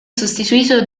sostituito